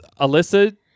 Alyssa